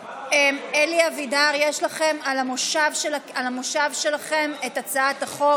אלי אבידר, יש לכם על המושב שלכם את הצעת החוק.